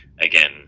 again